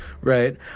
right